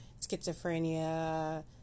schizophrenia